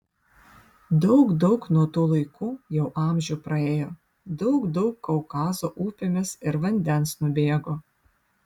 daug daug nuo tų laikų jau amžių praėjo daug daug kaukazo upėmis ir vandens nubėgo